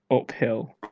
Uphill